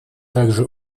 также